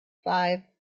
five